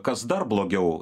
kas dar blogiau